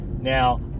Now